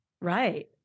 Right